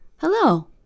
Hello